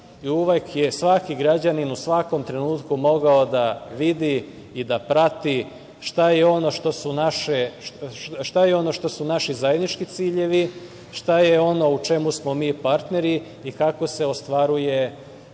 uvek je svaki građanin u svakom trenutku mogao da vidi i da prati šta je ono što su naši zajednički ciljevi, šta je ono u čemu smo mi partneri i kako se ostvaruje